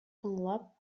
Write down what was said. тыңлап